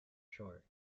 shore